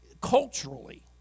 culturally